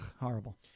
horrible